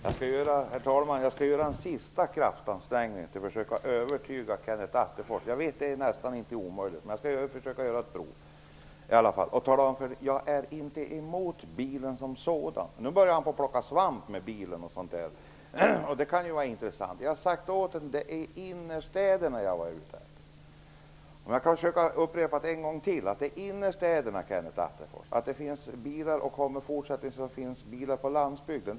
Herr talman! Jag skall göra en sista kraftansträngning för att försöka övertyga Kenneth Attefors. Jag vet att det är nästan omöjligt, men jag skall göra ett försök. Jag är inte emot bilen som sådan. Nu börjar Kenneth Attefors att plocka svamp med hjälp av bilen. Det kan ju vara intressant. Jag skall än en gång upprepa att jag är ute efter frågan om innerstäderna. Jag tror helt och fullt på att det kommer att fortsätta att finnas bilar på landsbygden.